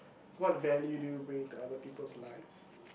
what value do you bring into other people's lives